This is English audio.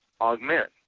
augment